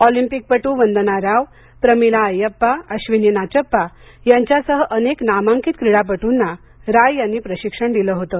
ऑलिंपिकपट्र वंदना राव प्रमिला अय्यप्पा अश्विनी नाचप्पा यांच्यासह अनेक नामांकित क्रीडपटूंना राय यांनी प्रशिक्षण दिलं होतं